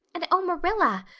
and oh, marilla,